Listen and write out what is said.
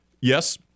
yes